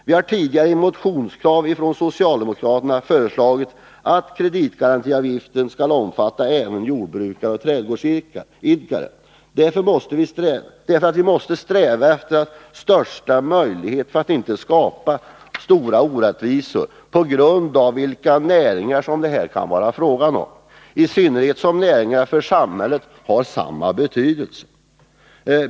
Vi har tidigare i motionskrav från socialdemokraterna föreslagit att kreditgarantiavgiften skall omfatta även jordbrukare och trädgårdsidkare. Vi måste sträva efter största möjliga likheter för att inte skapa stora orättvisor på grund av vilka näringar det kan vara fråga om — i synnerhet som näringarna för samhället har samma betydelse.